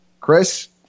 Chris